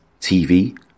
TV